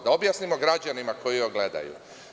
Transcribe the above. Da objasnimo građanima koji gledaju.